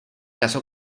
casó